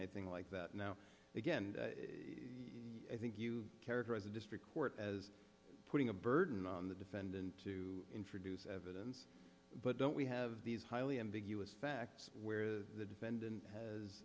anything like that now again i think you characterize the district court as putting a burden on the defendant to introduce evidence but don't we have these highly ambiguous facts where the defendant has